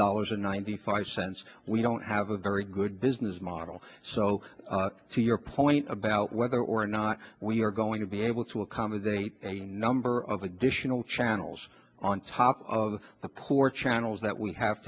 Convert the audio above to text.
dollars or ninety five cents we don't have a very good business model so to your point about whether or not we are going to be able to accommodate a number of additional channels on top of the poor channels that we have